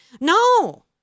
No